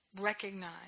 recognize